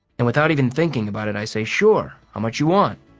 and without even thinking about it, i say sure, how much you want?